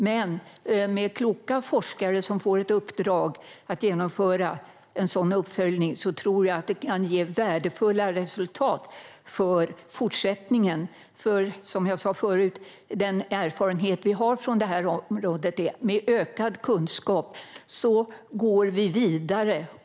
Men med kloka forskare som får i uppdrag att genomföra en sådan uppföljning tror jag att vi kan få värdefulla resultat för fortsättningen. Som jag sa förut visar ju den erfarenhet vi har på detta område att vi med ökad kunskap går vidare.